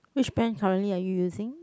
which brand currently are you using